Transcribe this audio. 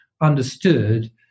understood